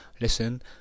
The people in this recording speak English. Listen